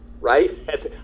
Right